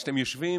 כשאתם יושבים